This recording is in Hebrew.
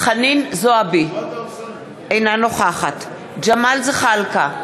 חנין זועבי, אינה נוכחת ג'מאל זחאלקה,